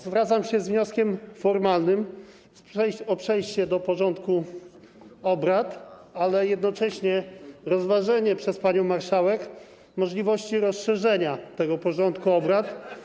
Zwracam się z wnioskiem formalnym o przejście do porządku obrad, ale jednocześnie rozważenie przez panią marszałek możliwości rozszerzenia tego porządku obrad.